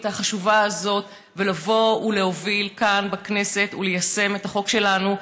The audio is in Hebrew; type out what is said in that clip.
החשובה הזאת לבוא ולהוביל כאן בכנסת וליישם את החוק שלנו,